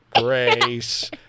Grace